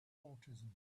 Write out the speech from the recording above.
autism